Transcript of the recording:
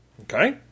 Okay